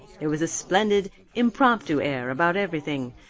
there was a splendid impromptu air about everything.